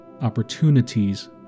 Opportunities